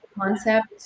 concept